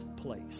place